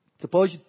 Suppose